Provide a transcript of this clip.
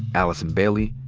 allison bailey,